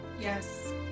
yes